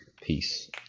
Peace